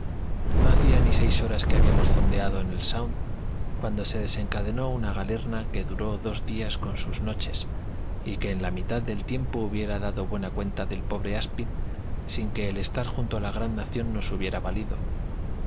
no hacía ni seis horas que habíamos fondeado en el sound cuando se desencadenó una galerna que duró dos días con sus noches y que en la mitad del tiempo hubiera dado buena cuenta del pobre aspid sin que el estar junto a la gran nación nos hubiera valido